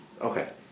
Okay